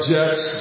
Jets